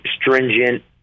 stringent